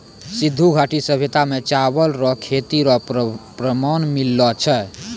सिन्धु घाटी सभ्यता मे चावल रो खेती रो प्रमाण मिललो छै